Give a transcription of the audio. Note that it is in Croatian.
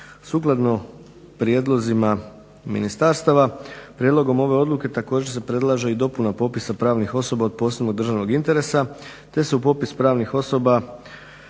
Sukladno prijedlozima ministarstava prijedlogom ove odluke također se predlaže i dopuna popisa pravnih osoba od posebnog državnog interesa, te se u popis pravnih osoba